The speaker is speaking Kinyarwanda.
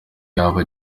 yaba